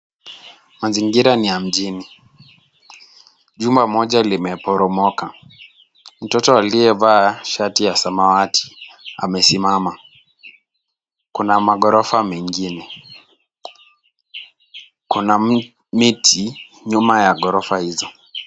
Mazingira ni ya mjini. Jumba moja limeporomoka. Mtoto aliyevaa shati ya samawati amesimama. Kuna magorofa mengine. Kuna miti nyuma ya ghorofa hizo.